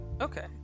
Okay